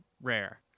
rare